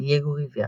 דייגו ריברה.